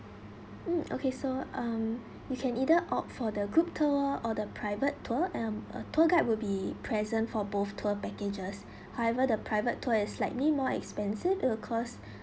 mm okay so um you can either opt for the group tour or the private tour mm a tour guide will be present for both tour packages however the private tour is slightly more expensive it will cost